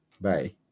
Bye